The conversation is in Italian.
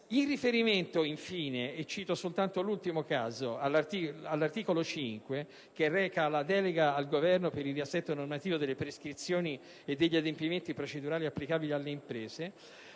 In riferimento, infine, e cito soltanto l'ultimo caso, all'articolo 5, volto ad introdurre una delega al Governo per il riassetto normativo delle prescrizioni e degli adempimenti procedurali applicabili alle imprese,